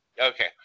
Okay